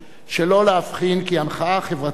שלא להבחין כי המחאה החברתית